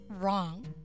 Wrong